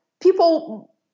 people